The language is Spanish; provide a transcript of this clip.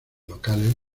locales